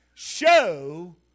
show